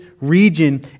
region